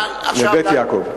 יעקב, וב"בית יעקב".